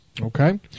Okay